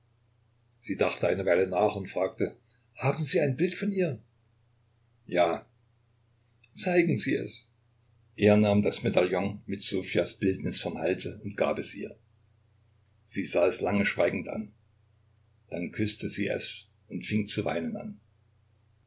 sie dachte eine weile nach und fragte haben sie ein bild von ihr ja zeigen sie es er nahm das medaillon mit ssofjas bildnis vom halse und gab es ihr sie sah es lange schweigend an dann küßte sie es und fing zu weinen an